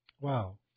Wow